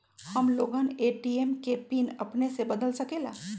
हम लोगन ए.टी.एम के पिन अपने से बदल सकेला?